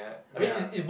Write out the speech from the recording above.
ya